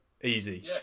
Easy